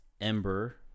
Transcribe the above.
ember